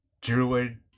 Druid